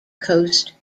coast